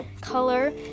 color